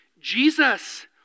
Jesus